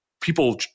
people